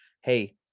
hey